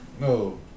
No